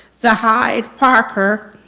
the hyde parker,